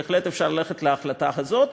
בהחלט אפשר ללכת להחלטה הזאת,